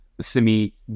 semi